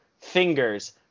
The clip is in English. fingers